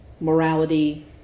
morality